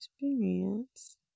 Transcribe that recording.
experience